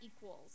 equals